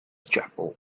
chapel